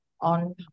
on